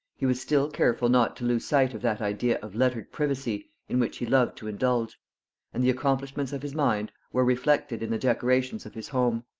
he was still careful not to lose sight of that idea of lettered privacy in which he loved to indulge and the accomplishments of his mind were reflected in the decorations of his home.